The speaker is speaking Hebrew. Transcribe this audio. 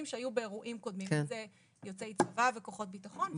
שהיו באירועים קודמים כולל יוצאי צבא וכוחות ביטחון.